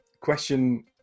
question